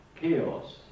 chaos